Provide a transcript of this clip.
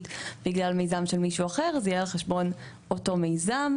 בגלל מיזם של מישהו אחר אז זה יהיה על חשבון אותו מיזם,